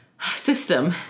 system